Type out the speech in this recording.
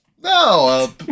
No